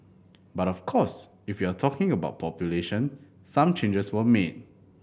but of course if you're talking about population some changes were made